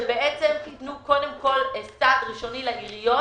שבעצם ייתנו קודם כול סעד ראשוני לעיריות,